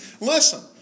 Listen